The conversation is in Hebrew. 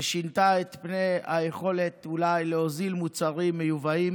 ששינתה את היכולת להוזיל מוצרים מיובאים